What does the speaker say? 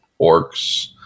orcs